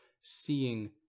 seeing